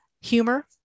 Humor